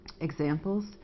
Examples